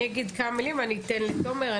אני אגיד כמה מילים ואני אתן לתומר.